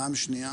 פעם שנייה,